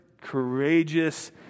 courageous